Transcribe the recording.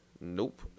Nope